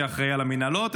שאחראי על המינהלות,